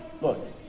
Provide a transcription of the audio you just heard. Look